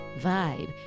vibe